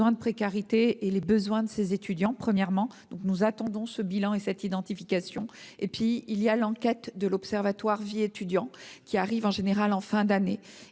de précarité et les besoins de ces étudiants. Premièrement, donc nous attendons ce bilan et cette identification et puis il y a l'enquête de l'Observatoire vie étudiants qui arrive en général en fin d'année et